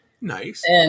Nice